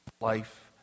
life